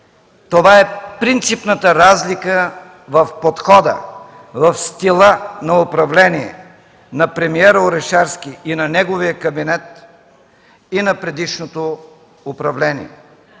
Това е принципната разлика в подхода, в стила на управление на премиера Орешарски и на неговия кабинет и на предишното управление.